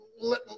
Let